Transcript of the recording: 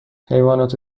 حیوانات